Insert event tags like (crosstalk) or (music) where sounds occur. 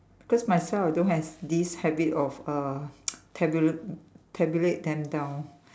because myself I don't have this habit of uh (noise) tabulate tabulate them down